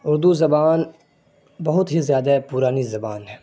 اردو زبان بہت ہی زیادہ پرانی زبان ہے